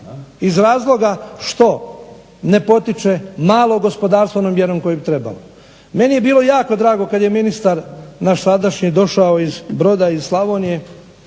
iz razloga što ne potiče malo gospodarstvo ono jedino koje bi trebalo. Meni je bilo jako drago kad je ministar naš sadašnji došao iz Broda, iz Slavonije